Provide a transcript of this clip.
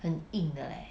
很硬的 leh